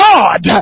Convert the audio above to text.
God